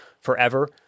forever